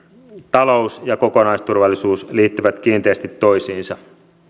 talous ja kokonaisturvallisuus liittyvät kiinteästi toisiinsa